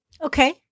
Okay